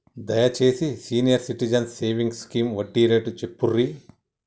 దయచేసి senior citizens savings scheme వడ్డీ rate చెప్పుర్రి